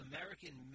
American